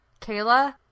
Kayla